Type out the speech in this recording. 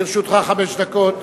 לרשותך חמש דקות.